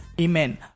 Amen